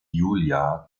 julia